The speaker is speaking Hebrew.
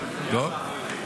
טוב.